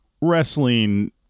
wrestling